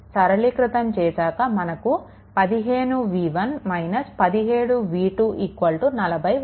సరళీకృతం చేశాక మనకు 15v1 17v2 40 వస్తుంది